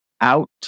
out